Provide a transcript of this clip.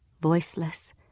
voiceless